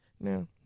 Now